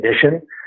condition